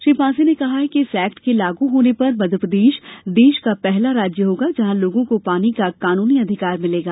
श्री पांसे ने कहा कि इस एक्ट के लागू होने पर मध्यप्रदेश देश का पहला राज्य होगा जहाँ लोगों को पानी का कानूनी अधिकार मिलेगा